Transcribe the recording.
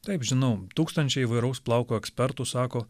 taip žinau tūkstančiai įvairaus plauko ekspertų sako